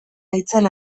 haitzen